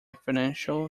financial